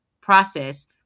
process